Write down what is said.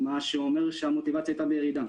מה שאומר שהמוטיבציה הייתה בירידה.